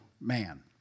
man